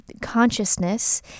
consciousness